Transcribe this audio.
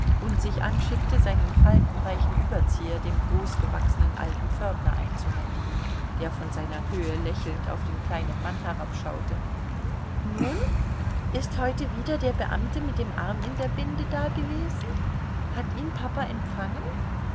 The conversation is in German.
und sich anschickte seinen faltenreichen überzieher dem großgewachsenen alten pförtner einzuhändigen der von seiner höhe lächelnd auf den kleinen mann herabschaute nun ist heute wieder der beamte mit dem arm in der binde dagewesen hat ihn papa empfangen